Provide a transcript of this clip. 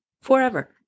Forever